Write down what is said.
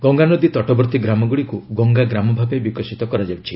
ଗଙ୍ଗାନଦୀ ତଟବର୍ତ୍ତୀ ଗ୍ରାମଗୁଡ଼ିକୁ ଗଙ୍ଗା ଗ୍ରାମ ଭାବେ ବିକଶିତ କରାଯାଉଛି